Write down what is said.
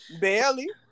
Barely